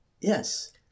Yes